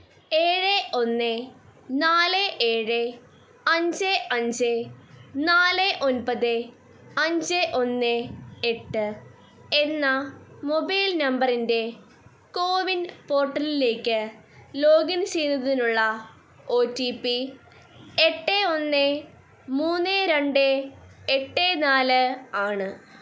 ഏഴ് ഒന്ന് നാല് ഏഴ് അഞ്ച് അഞ്ച് നാല് ഒന്പത് അഞ്ച് ഒന്ന് എട്ട് എന്ന മൊബൈല് നമ്പറിന്റെ കോവിന് പോര്ട്ടലിലേക്ക് ലോഗിന് ചെയ്യുന്നതിനുള്ള ഒ റ്റി പി എട്ട് ഒന്ന് മൂന്ന് രണ്ട് എട്ട് നാല് ആണ്